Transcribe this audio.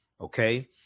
Okay